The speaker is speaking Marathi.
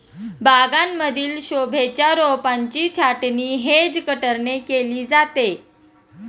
बागांमधील शोभेच्या रोपांची छाटणी हेज कटरने केली जाते